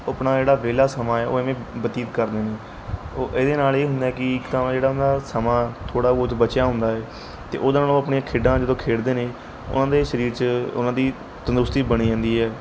ਉਹ ਆਪਣਾ ਜਿਹੜਾ ਵਿਹਲਾ ਸਮਾਂ ਹੈ ਉਹ ਐਵੇਂ ਬਤੀਤ ਕਰਦੇ ਨੇ ਉਹ ਇਹਦੇ ਨਾਲ ਇਹ ਹੁੰਦਾ ਕਿ ਇੱਕ ਤਾਂ ਉਹ ਜਿਹੜਾ ਉਨ੍ਹਾਂ ਦਾ ਸਮਾਂ ਥੋੜ੍ਹਾ ਬਹੁਤ ਬਚਿਆ ਹੁੰਦਾ ਹੈ ਅਤੇ ਉਹਦੇ ਨਾਲ ਉਹ ਆਪਣੀਆਂ ਖੇਡਾਂ ਜਦੋਂ ਖੇਡਦੇ ਨੇ ਉਹਨਾਂ ਦੇ ਸਰੀਰ 'ਚ ਉਹਨਾਂ ਦੀ ਤੰਦਰੁਸਤੀ ਬਣੀ ਹੁੰਦੀ ਹੈ